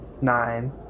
nine